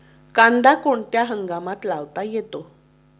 कांदा कोणत्या हंगामात लावता येतो?